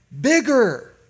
bigger